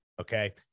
okay